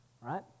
right